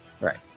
right